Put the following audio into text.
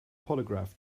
polygraph